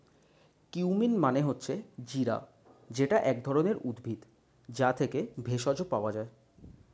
cumin মানে হচ্ছে জিরা যেটা এক ধরণের উদ্ভিদ, যা থেকে ভেষজ পাওয়া যায়